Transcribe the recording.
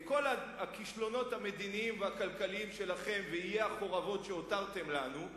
כל הכישלונות המדיניים והכלכליים שלכם ואת עיי החורבות שהותרתם לנו,